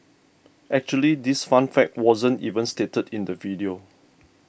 actually this fun fact wasn't even stated in the video